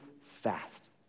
fast